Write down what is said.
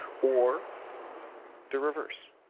or the reverse?